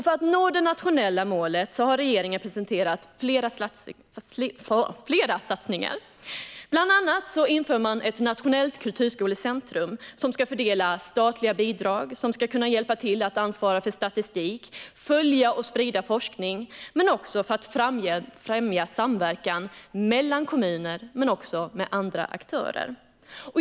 För att nå det nationella målet har regeringen presenterat flera satsningar. Bland annat inför man ett nationellt kulturskolecentrum som ska fördela statliga bidrag, hjälpa till att ansvara för statistik, följa och sprida forskning och främja samverkan mellan kommuner men också med andra aktörer.